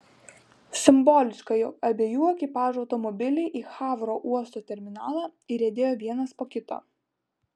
simboliška jog abiejų ekipažų automobiliai į havro uosto terminalą įriedėjo vienas po kito